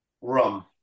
rum